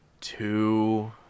Two